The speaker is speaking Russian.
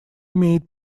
имеет